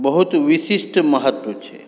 बहुत विशिष्ट महत्व छै